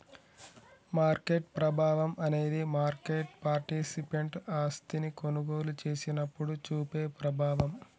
market ప్రభావం అనేది market participant ఆస్తిని కొనుగోలు చేసినప్పుడు చూపే ప్రభావం